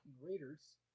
Raiders